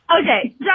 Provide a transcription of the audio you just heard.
Okay